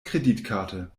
kreditkarte